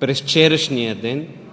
през вчерашния ден,